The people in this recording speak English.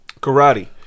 Karate